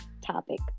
topic